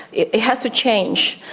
it it has to change,